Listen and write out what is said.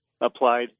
applied